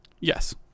Yes